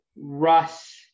Russ